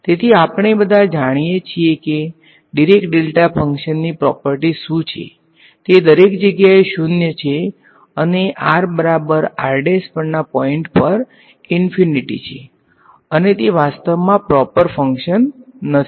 તેથી આપણે બધા જાણીએ છીએ કે ડીરેક ડેલ્ટા ફંક્શનની પ્રોપર્ટીઝ શું છે તે દરેક જગ્યાએ 0 છે અને rr પરના પોઇન્ટ પર ઈંફીનીટી છે અને તે વાસ્તવમાં પ્રોપર ફંકશન નથી